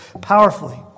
powerfully